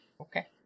Okay